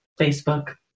Facebook